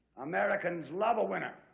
americans love a winner,